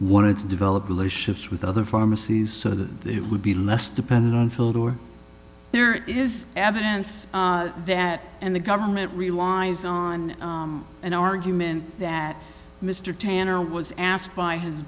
wanted to develop relationships with other pharmacies so that they would be less dependent on filled or there is evidence that and the government relies on an argument that mr tanner was asked by his